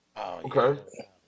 Okay